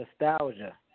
nostalgia